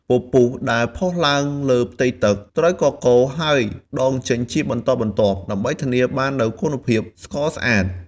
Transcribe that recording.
ពពុះដែលផុសឡើងលើផ្ទៃទឹក ត្រូវកកូរហើយដងចេញជាបន្តបន្ទាប់ ដើម្បីធានាបាននូវគុណភាពស្ករស្អាត។